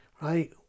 Right